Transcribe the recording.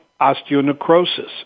osteonecrosis